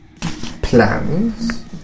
plans